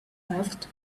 left